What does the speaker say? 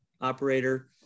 operator